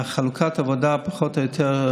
חלוקת העבודה, פחות או יותר: